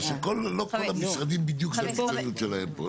לא, שלא כל המשרדים בדיוק זה המקצועיות שלהם.